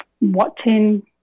watching